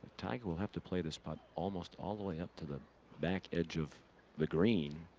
tiger will have to play this putt almost all the way up to the back edge of the green